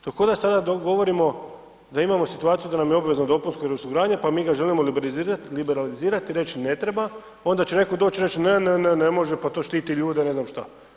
To kao da sada govorimo da imamo situaciju da nam je obvezno dopunsko osiguranje pa mi ga želimo liberalizirati i reći ne treba, onda će netko doći i reći ne, ne, ne može, pa to štiti ljude, ne znam šta.